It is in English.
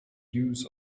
use